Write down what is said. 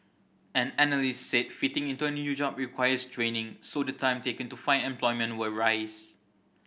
an analyst said fitting into a new job requires training so the time taken to find employment will rise